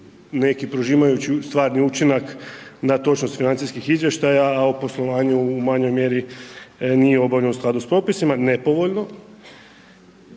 neki prožimajući stvarni učinak na točnost financijskih izvještaja a u poslovanju u manjoj mjeri nije obavljeno u skladu sa popisima, nepovoljno